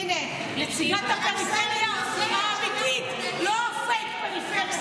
הינה, נציגת הפריפריה האמיתית, לא הפייק-פריפריה.